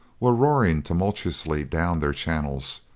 were roaring tumultuously down their channels,